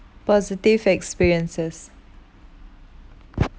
positive experiences